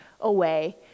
away